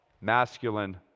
masculine